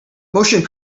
motion